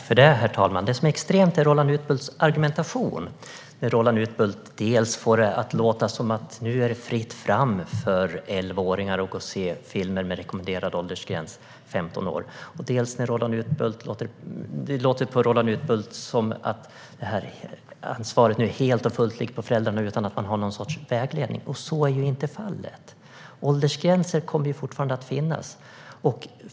Herr talman! Det som är extremt är Roland Utbults argumentation. Han får det att låta som om det nu är fritt fram för elvaåringar att gå och se filmer med rekommenderad åldersgräns femton år. Han får det också att låta som om ansvaret nu ligger helt och fullt på föräldrarna utan någon sorts vägledning. Så är ju inte fallet. Åldersgränser kommer fortfarande att finnas.